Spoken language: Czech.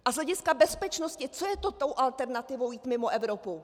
A z hlediska bezpečnosti, co je tou alternativou jít mimo Evropu?